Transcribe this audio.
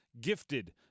gifted